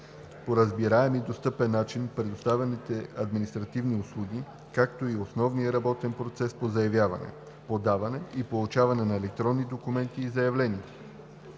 по разбираем и достъпен начин предоставяните административни услуги, както и основния работен процес по заявяване, подаване и получаване на електронни документи и изявления.